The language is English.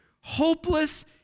hopeless